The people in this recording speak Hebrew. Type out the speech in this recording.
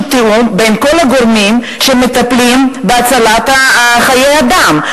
תיאום בין כל הגורמים שמטפלים בהצלת חיי אדם?